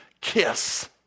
kiss